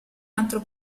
altro